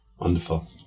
Wonderful